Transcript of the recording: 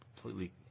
completely